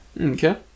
Okay